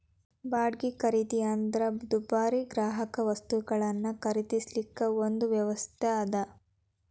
ಬಾಡ್ಗಿ ಖರೇದಿ ಅಂದ್ರ ದುಬಾರಿ ಗ್ರಾಹಕವಸ್ತುಗಳನ್ನ ಖರೇದಿಸಲಿಕ್ಕೆ ಒಂದು ವ್ಯವಸ್ಥಾ ಅದ